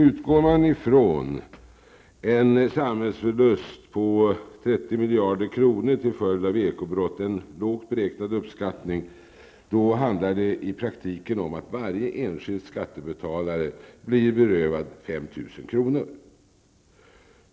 Utgår man ifrån en samhällsförlust på 30 miljarder kronor till följd av ekobrott -- en lågt beräknad uppskattning -- då handlar det i praktiken om att varje enskild skattebetalare blir berövad 5 000 kr.